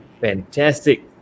Fantastic